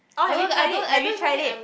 or have you try it have you try it